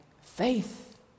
faith